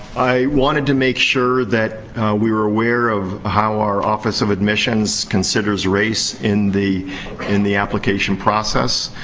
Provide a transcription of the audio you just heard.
i wanted to make sure that we're aware of how our office of admissions considers race in the in the application process.